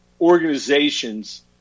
Organizations